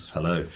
Hello